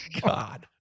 God